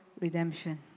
redemption